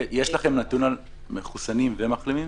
האם יש לכם נתון על מחוסנים ומחלימים?